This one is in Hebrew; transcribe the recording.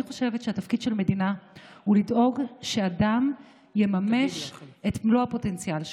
אני חושבת שהתפקיד של מדינה הוא לדאוג שאדם יממש את מלוא הפוטנציאל שלו.